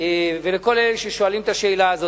ולכל אלה ששואלים את השאלה הזאת,